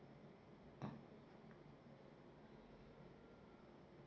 oh